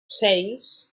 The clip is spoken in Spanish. seis